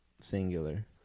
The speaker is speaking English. singular